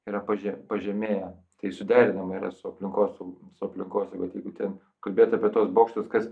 yra paže pažemėje tai suderinama yra su aplinkosauga su aplinkosauga tai jeigu ten kalbėt apie tuos bokštus kas